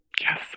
Yes